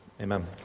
Amen